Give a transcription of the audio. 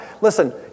listen